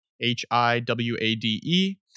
H-I-W-A-D-E